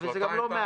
וזה גם לא מעניין.